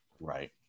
right